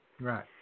Right